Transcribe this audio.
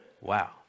Wow